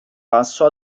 passo